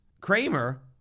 Kramer